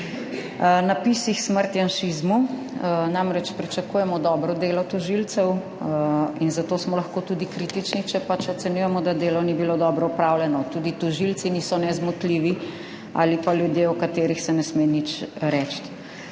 napisih »Smrt janšizmu«. Namreč, pričakujemo dobro delo tožilcev in zato smo lahko tudi kritični, če pač ocenjujemo, da delo ni bilo dobro opravljeno. Tudi tožilci niso nezmotljivi ali pa ljudje, o katerih se ne sme nič reči.